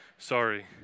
Sorry